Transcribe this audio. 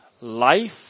life